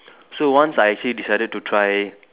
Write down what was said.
so once I actually decided to try